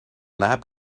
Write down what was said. lab